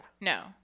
No